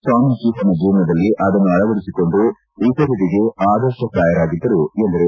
ಸ್ವಾಮಿಜಿ ತಮ್ಮ ಜೀವನದಲ್ಲಿ ಅದನ್ನು ಅಳವಡಿಸಿಕೊಂಡು ಇತರರಿಗೆ ಆದರ್ಶಪ್ರಾಯರಾಗಿದ್ದರು ಎಂದರು